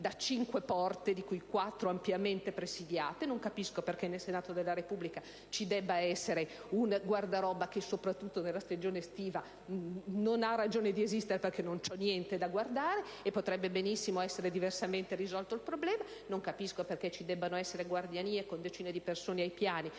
da cinque porte, di cui quattro ampiamente presidiate; che non capisco perché nel Senato della Repubblica debba esserci un guardaroba che, soprattutto nella stagione estiva, non ha ragione di esistere, perché non c'è niente da guardare, e il problema potrebbe benissimo essere diversamente risolto; non capisco perché debbono esserci guardianie con decine di persone ai piani,